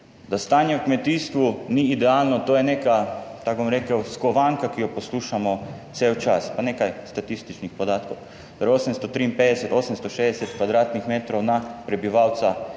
Da stanje v kmetijstvu ni idealno, to je neka, tako bom rekel, skovanka, ki jo poslušamo cel čas, pa nekaj statističnih podatkov. Pri 853, 860 kvadratnih metrov na prebivalca je kmetijskih